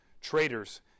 Traitors